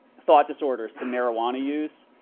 thought disorders to marijuana use,